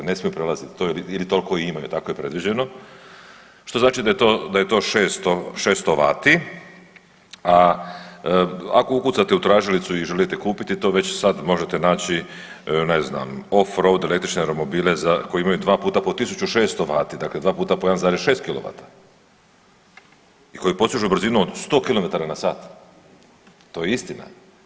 I ne smiju prelaziti ili toliko imaju, tako je predviđeno što znači da je to 600 vati, a ako ukucate u tražilicu i želite kupiti to već sad možete naći ne znam offroad električne romobile koji imaju dva puta po 1600 vati, dakle dva puta po 1,6 kilovata i koji postižu brzinu od 100 km/h. To je istina.